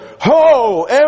Ho